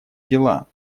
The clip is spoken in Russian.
дела